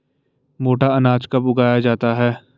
मोटा अनाज कब उगाया जाता है?